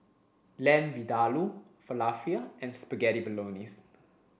Lamb Vindaloo Falafel and Spaghetti Bolognese